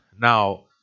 Now